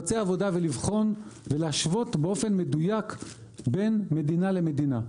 לבצע עבודה ולבחון ולהשוות באופן מדויק בין מדינה למדינה.